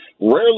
Rarely